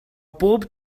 bob